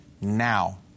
now